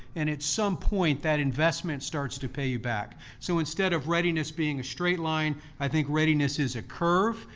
and at some point, that investment starts to pay you back. so instead of readiness being a straight line, i think readiness is a curve.